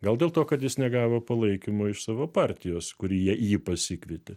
gal dėl to kad jis negavo palaikymo iš savo partijos kuri jie jį pasikvietė